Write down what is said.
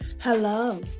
Hello